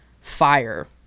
fire